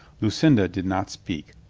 lucinda did not speak,